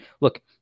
look